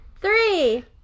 Three